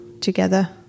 together